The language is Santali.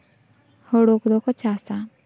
ᱦᱳᱲᱳ ᱠᱚᱫᱚ ᱠᱚ ᱪᱟᱥᱟ